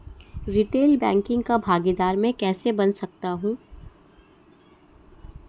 Retail banking का भागीदार मैं कैसे बन सकता हूँ?